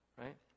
Right